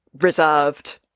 reserved